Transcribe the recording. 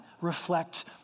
reflect